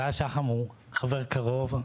גל שחם הוא חבר קרוב,